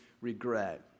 regret